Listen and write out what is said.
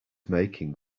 making